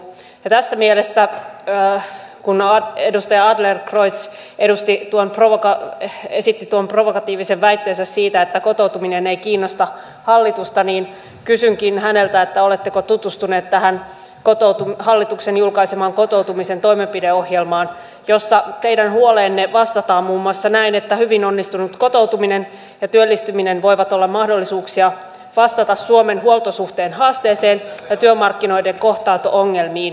tässä mielessä jo jos kunnan edustajaa le roix kun edustaja adlercreutz esitti tuon provokatiivisen väitteensä siitä että kotoutuminen ei kiinnosta hallitusta niin kysynkin häneltä oletteko tutustunut tähän hallituksen julkaisemaan kotoutumisen toimenpideohjelmaan jossa teidän huoleenne vastataan muun muassa näin että hyvin onnistunut kotoutuminen ja työllistyminen voivat olla mahdollisuuksia vastata suomen huoltosuhteen haasteeseen ja työmarkkinoiden kohtaanto ongelmiin